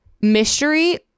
mystery